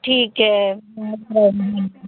ਠੀਕ ਹੈ